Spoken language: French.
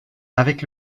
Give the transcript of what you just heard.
avec